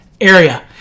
area